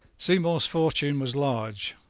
seymour's fortune was large,